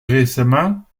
récemment